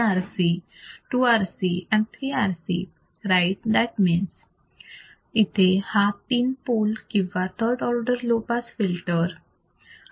1 RC 2 RC and 3 RC right that means इथे हा तीन पोल किंवा third order low pass filter आहे